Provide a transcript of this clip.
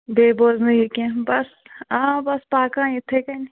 بیٚیہِ بوزنٲیِو کینٛہہ بَس آ بس پَکان یِتھَے کٔنۍ